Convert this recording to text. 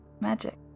Magic